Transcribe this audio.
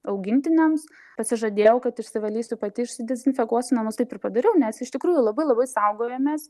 augintiniams pasižadėjau kad išsivalysiu pati išsidezinfekuosiu namus taip ir padariau nes iš tikrųjų labai labai saugojomės